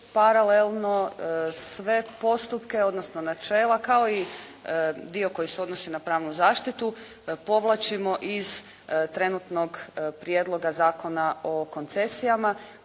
paralelno sve postupke, odnosno načela kao i dio koji se odnosi na pravnu zaštitu, povlačimo iz trenutnog Prijedloga zakona o koncesijama,